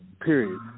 period